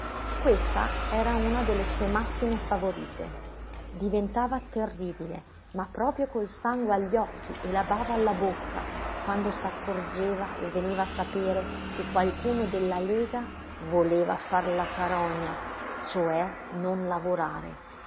questa era una delle sue massime favorite diventava terribile ma proprio col sangue agli occhi e la bava alla bocca quando s'accorgeva o veniva a sapere che qualcuno della lega voleva far la carogna cioè non lavorare